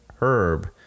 herb